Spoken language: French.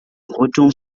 retourne